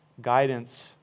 guidance